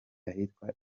ahitwa